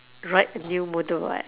ride new motorbike